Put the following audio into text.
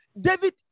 David